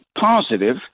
positive